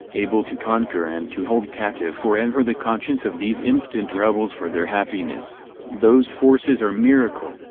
able to conquer and to hold captive for ever the conscience of these impotent rebels for their happiness those forces are miracle,